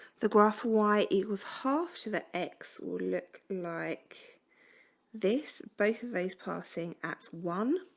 the graph y, it was half to the x would look like this both of these passing at one